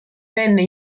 venne